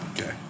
Okay